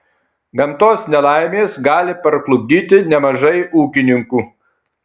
gamtos nelaimės gali parklupdyti nemažai ūkininkų